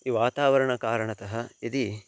वातावरणकारणतः यदि